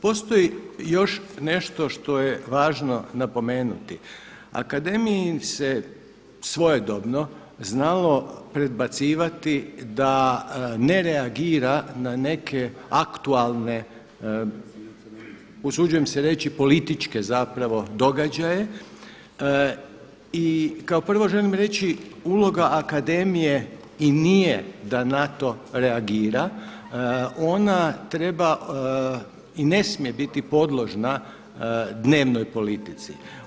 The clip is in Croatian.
Postoji još nešto što je važno napomenuti, akademiji se svojedobno znalo predbacivati da ne reagira na neke aktualne usuđujem se reći političke događaje i kao prvo želim reći uloga akademije i nije da na to reagira, ona treba i ne smije biti podložna dnevnoj politici.